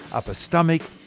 upper stomach,